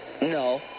No